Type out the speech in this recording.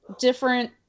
different